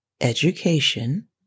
education